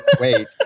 wait